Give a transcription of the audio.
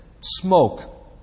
smoke